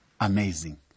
amazing